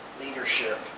leadership